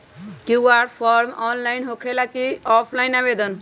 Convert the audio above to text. QR form online होकेला कि offline आवेदन?